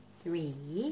three